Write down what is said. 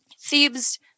Thebes